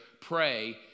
pray